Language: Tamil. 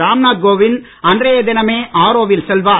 ராம் நாத் கோவிந்த் அன்றைய தினமே ஆரோவில் செல்வார்